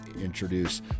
introduce